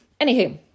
anywho